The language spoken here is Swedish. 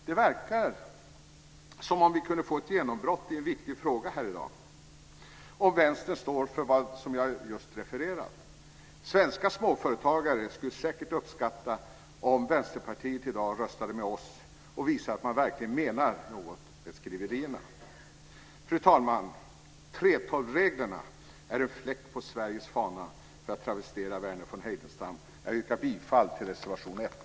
Det verkar som att vi kan få ett genombrott i en viktig fråga här i dag, om Vänstern står för vad jag nyss refererat. Svenska småföretagare skulle säkert uppskatta om Vänsterpartiet i dag röstade med oss och visade att man verkligen menar något med skriverierna. Fru talman! 3:12-reglerna är en fläck på Sveriges fana - för att travestera Verner von Heidenstam. Jag yrkar bifall till reservation 1.